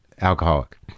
Alcoholic